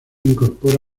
incorpora